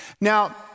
Now